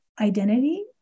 identity